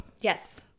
Yes